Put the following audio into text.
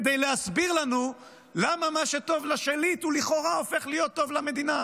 כדי להסביר לנו למה מה שטוב לשליט הוא לכאורה הופך להיות טוב למדינה.